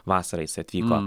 vasarą jis atvyko